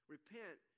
Repent